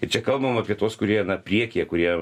ir čia kalbam apie tuos kurie na priekyje kurie